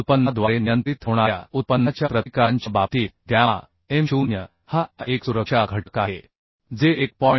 उत्पन्नाद्वारे नियंत्रित होणाऱ्या उत्पन्नाच्या प्रतिकारांच्या बाबतीत गॅमा m0 हा एक सुरक्षा घटक आहे जे 1